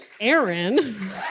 Aaron